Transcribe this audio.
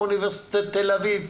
או אוניברסיטת תל אביב,